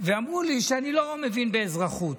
ואמרו לי שאני לא מבין באזרחות.